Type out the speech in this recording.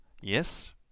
yes